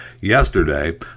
Yesterday